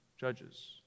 Judges